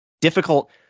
Difficult